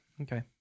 Okay